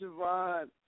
Javon